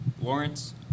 Lawrence